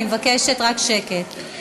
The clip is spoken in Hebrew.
אני מבקשת רק שקט.